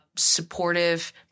supportive